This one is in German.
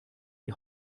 die